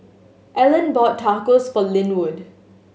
Ellen bought Tacos for Linwood